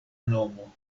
nomo